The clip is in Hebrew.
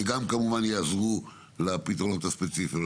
שיעזרו גם לבעיה הספציפית שלנו.